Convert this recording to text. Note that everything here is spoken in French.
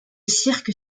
cirque